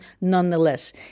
Nonetheless